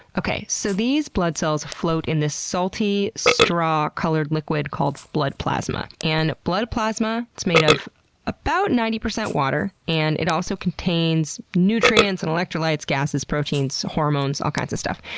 so these blood cells float in this salty, straw-colored liquid called blood plasma. and blood plasma, it's made of about ninety percent water, and it also contains nutrients and electrolytes, gases, proteins, hormones, all kinds of stuff.